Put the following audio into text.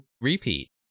repeat